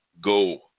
go